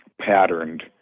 patterned